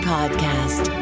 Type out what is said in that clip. Podcast